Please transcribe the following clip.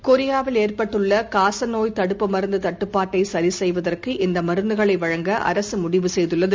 கொரியாவில் ஏற்பட்டுள்ளகாசநோய் தடுப்பு மருந்துதட்டுப்பாட்டைசரிசெய்வதற்கு இந்தமருந்துகளைவழங்க அரசுமுடிவு செய்துள்ளது